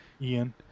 Ian